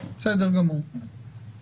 ולכן חשבנו שכל הדיונים האלה,